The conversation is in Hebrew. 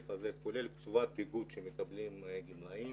האלה כולל קצובת ביגוד שמקבלים גמלאים?